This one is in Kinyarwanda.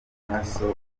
amaraso